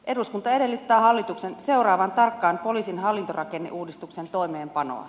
eduskunta edellyttää hallituksen seuraavan tarkkaan poliisin hallintorakenneuudistuksen toimeenpanoa